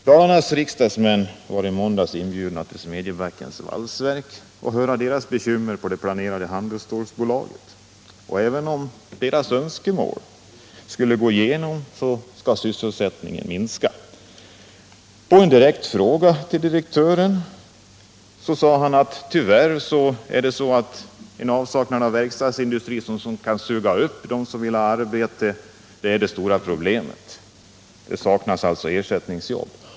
Dalarnas riksdagsmän var i måndags inbjudna till Smedjebackens valsverk för att höra företagets bekymmer över det nya planerade handelsstålbolaget. Även om företagets önskemål skulle gå igenom så skall sysselsättningen minska. På en direkt fråga svarade direktören att avsaknaden av en verkstadsindustri som kan suga upp dem som vill ha arbete är det stora problemet. Det saknas alltså ersättningsjobb.